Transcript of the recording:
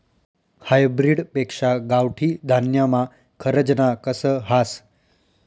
hybrid पेक्शा गावठी धान्यमा खरजना कस हास